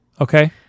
Okay